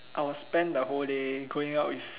I will spend the whole day going out with